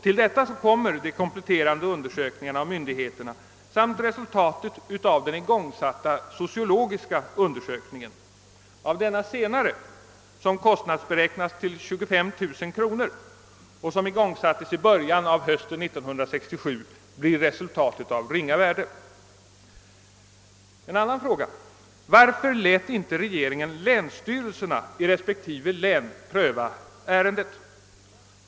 Till detta kommer de kompletterande bedömningarna av myndigheterna samt resultatet av den igångsatta sociologiska undersökningen. Av denna senare, som har kostnadsberäknats till 25 000 kronor och igångsattes i början av hösten 1967, blir resultatet av ringa värde. En annan fråga: Varför lät inte regeringen länsstyrelserna i respektive län pröva ärendet?